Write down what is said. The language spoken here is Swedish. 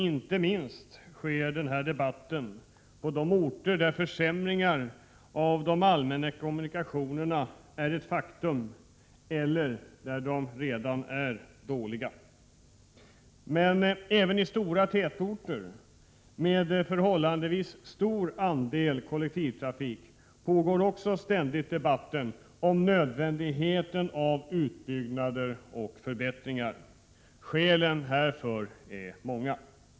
Inte minst sker denna debatt på orter där en försämring av de allmänna kommunikationerna är ett faktum eller där dessa kommunikationer redan är dåliga. Men även i stora tätorter med förhållandevis stor andel kollektivtrafik pågår ständigt debatten om nödvändigheten av utbyggnader och förbättringar. Skälen härför är många.